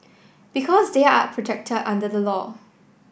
because they are protected under the law